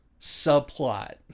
subplot